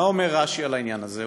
מה אומר רש"י על העניין הזה?